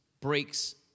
breaks